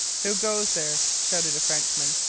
who goes there shouted a frenchman.